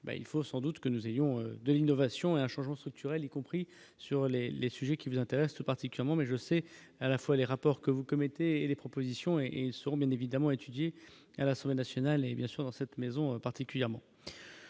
il faut sans doute que nous ayons de l'innovation un changement structurel, y compris sur les les sujets qui vous intéressent tout particulièrement, mais je sais, à la fois les rapports que vous commettez les propositions et ils seront bien évidemment étudiés à la semaine nationale et bien sûr dans cette maison particulièrement